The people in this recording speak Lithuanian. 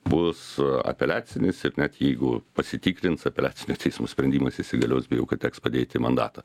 bus apeliacinis ir net jeigu pasitikrins apeliacinio teismo sprendimas įsigalios bijau kad teks padėti mandatą